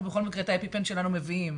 אנחנו בכל מקרה את האפיפן שלנו מביאים,